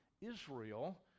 Israel